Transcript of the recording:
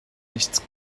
nichts